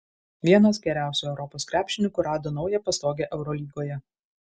vienas geriausių europos krepšininkų rado naują pastogę eurolygoje